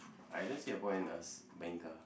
I don't see a point in us buying car